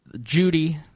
Judy